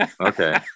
Okay